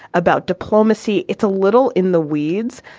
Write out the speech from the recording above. about diplomacy. it's a little in the weeds.